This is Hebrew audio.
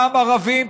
פעם ערבים,